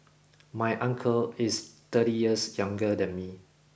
my uncle is thirty years younger than me